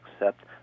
accept